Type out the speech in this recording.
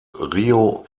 rio